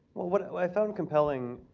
well, what i found compelling,